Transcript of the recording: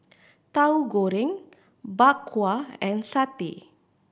Tahu Goreng Bak Kwa and satay